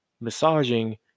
massaging